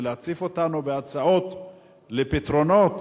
ולהציף אותנו בהצעות לפתרונות,